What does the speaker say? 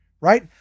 right